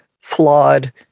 flawed